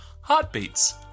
Heartbeats